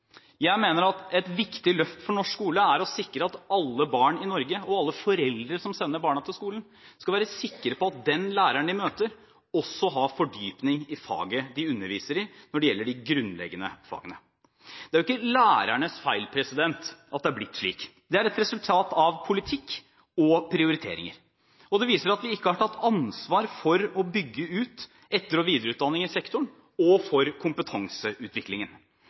Jeg mener at et viktig løft for norsk skole er å sikre at alle barn i Norge, og alle foreldre som sender barna til skolen, skal være sikre på at den læreren de møter, også har fordypning i faget de underviser i, når det gjelder de grunnleggende fagene. Det er jo ikke lærernes feil at det er blitt slik, det er et resultat av politikk og prioriteringer, og det viser seg at vi ikke har tatt ansvar for å bygge ut etter- og videreutdanning i sektoren og for kompetanseutviklingen.